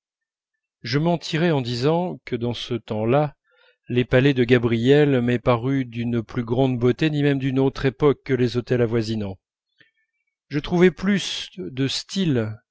je mentirais en disant que dans ce temps-là les palais de gabriel m'aient paru d'une plus grande beauté ni même d'une autre époque que les hôtels avoisinants je trouvais plus de style